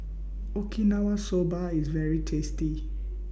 Okinawa Soba IS very tasty